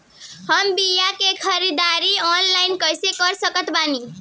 हम बीया के ख़रीदारी ऑनलाइन कैसे कर सकत बानी?